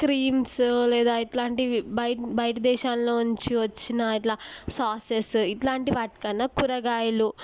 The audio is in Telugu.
క్రీమ్స్ లేదా ఇట్లాంటివి బయట బయట దేశాల్లోంచి వచ్చిన ఇట్లా సాసస్ ఇట్లాంటి వాటికన్నా కూరగాయలు